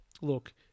look